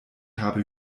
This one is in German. habe